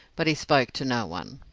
but he spoke to no one.